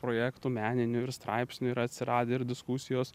projektų meninių ir straipsnių yra atsiradę ir diskusijos